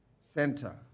Center